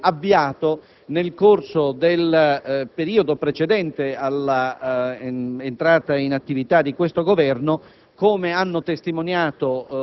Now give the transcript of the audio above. che si era manifestamente avviato nel corso del periodo precedente all'entrata in attività di questo Governo,